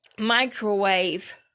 microwave